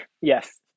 Yes